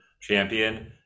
champion